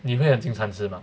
你会很经常吃 mah